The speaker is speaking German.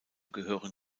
gehören